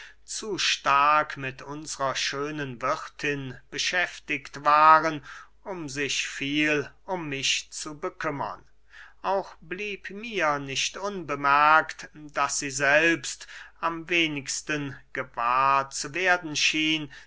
zu stark mit unsrer schönen wirthin beschäftigt waren um sich viel um mich zu bekümmern auch blieb mir nicht unbemerkt daß sie selbst am wenigsten gewahr zu werden schien